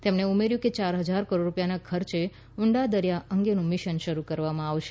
તેમણે ઉમેર્યું કે ચાર હજાર કરોડ રૂપિયાના ખર્ચે ઊડા દરિયા અંગેનું મિશન શરૂ કરવામાં આવશે